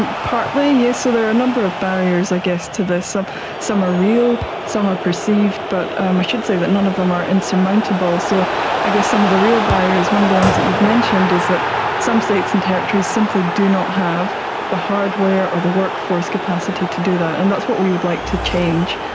and partly, yes. so there are a number of barriers i guess to this. some some are real, some are perceived, but ah i should say that none of them are insurmountable. so i guess some of the real barriers, one of the ones that you've mentioned, is that some states and territories simply do not have the hardware or the workforce capacity to do that, and that's what we would like to change,